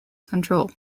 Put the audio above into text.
control